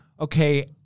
okay